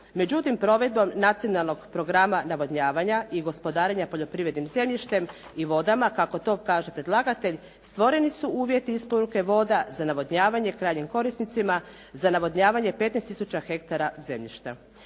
međutim, provedbom nacionalnog programa navodnjavanja i gospodarenja poljoprivrednim zemljištem i vodama, kako to kaže predlagatelj stvoreni su uvjeti isporuke voda za navodnjavanje krajnjim korisnicima, za navodnjavanje 15 tisuća hektara zemljišta.